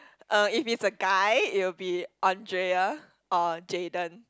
uh if it's a guy it will be Andrea or Jayden